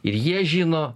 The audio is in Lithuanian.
ir jie žino